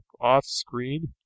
off-screen